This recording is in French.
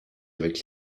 avec